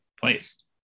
place